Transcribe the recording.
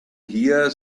hear